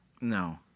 No